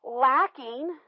lacking